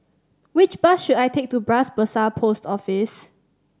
which bus should I take to Bras Basah Post Office